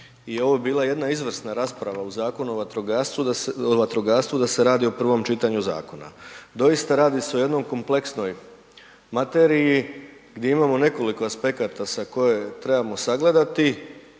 i ovo bi bila jedna izvrsna rasprava o Zakonu o vatrogastvu da se radi o prvom čitanju zakona. Doista radi se o jednoj kompleksnoj materiji gdje imamo nekoliko aspekata koje trebamo sagledati